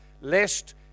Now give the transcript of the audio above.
lest